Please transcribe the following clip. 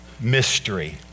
mystery